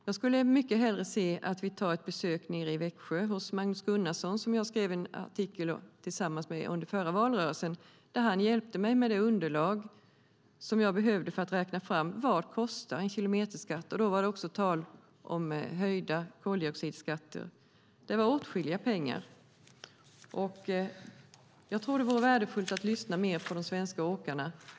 Jag skulle mycket hellre se att vi tar ett besök nere i Växjö hos Magnus Gunnarsson som jag skrev en artikel tillsammans med under förra valrörelsen. Han hjälpte mig med det underlag som jag behövde för att räkna fram vad en kilometerskatt kostar, och då var det också tal om höjda koldioxidskatter. Det var åtskilliga pengar. Jag tror att det vore värdefullt att lyssna mer på de svenska åkarna.